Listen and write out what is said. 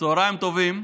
צוהריים טובים,